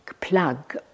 plug